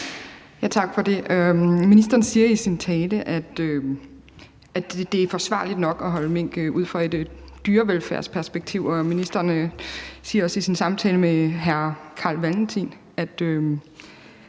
Tak for det. Ministeren siger i sin tale, at det er forsvarligt nok at holde mink ud fra et dyrevelfærdsperspektiv, og ministeren siger også i sin samtale med hr. Carl Valentin, at